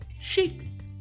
sheep